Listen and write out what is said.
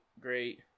great